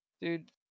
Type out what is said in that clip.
Dude